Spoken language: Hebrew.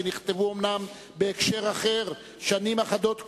שנכתבו אומנם בהקשר אחר שנים אחדות קודם,